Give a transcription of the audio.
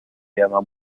llama